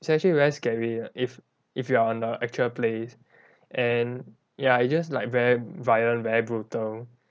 it's actually very scary if if you are on the actual place and ya it just like very violent very brutal